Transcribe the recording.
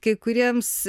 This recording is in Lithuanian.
kai kuriems